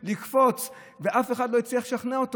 לקפוץ ואף אחד לא הצליח לשכנע אותו,